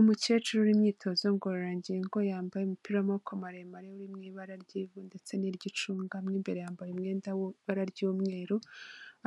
Umukecuru w'imyitozo ngororangingo yambaye umupira w'amaboko maremare uri mu ibara ry'ivu ndetse n'iry'icunga mw'imbere yambaye umwenda w'ibara ry'umweru